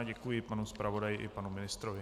Děkuji panu zpravodaji i panu ministrovi.